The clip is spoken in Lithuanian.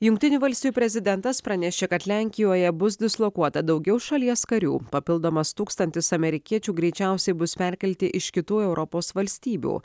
jungtinių valstijų prezidentas pranešė kad lenkijoje bus dislokuota daugiau šalies karių papildomas tūkstantis amerikiečių greičiausiai bus perkelti iš kitų europos valstybių